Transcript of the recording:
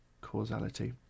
causality